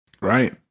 right